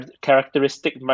characteristic